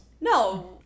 No